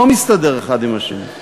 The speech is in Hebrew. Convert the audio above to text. לא מסתדר אחד עם השני.